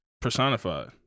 personified